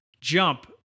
jump